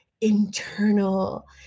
internal